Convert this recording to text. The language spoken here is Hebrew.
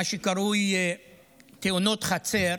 מה שקרוי "תאונות חצר",